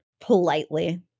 Politely